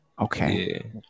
Okay